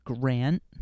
Grant